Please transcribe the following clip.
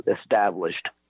established